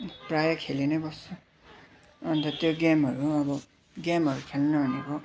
प्राय खेली नै बस्छु अन्त त्यो गेमहरू अब गेमहरू खेल्नु भनेको